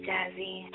Jazzy